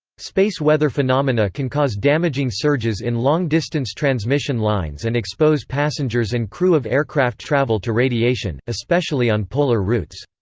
space weather phenomena can cause damaging surges in long distance transmission lines and expose passengers and crew of aircraft travel to radiation, especially on polar routes.